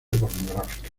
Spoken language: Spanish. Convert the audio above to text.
pornográfica